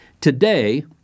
Today